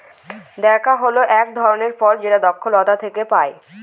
দ্রাক্ষা হল এক রকমের ফল যেটা দ্রক্ষলতা থেকে পায়